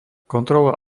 kontrola